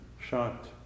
shot